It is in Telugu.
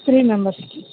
త్రీ మెంబర్స్కి